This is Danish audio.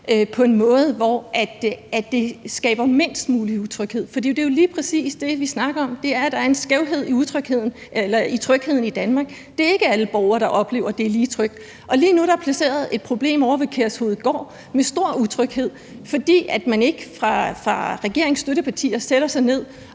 på en måde, der ville skabe mindst mulig utryghed. For det er jo lige præcis det, vi snakker om, nemlig at der er en skævhed i trygheden i Danmark. Det er ikke alle borgere, der oplever, at det er lige trygt. Lige nu er der placeret et problem ovre ved Kærshovedgård, med stor utryghed, fordi man ikke fra regeringens støttepartiers side sætter sig ned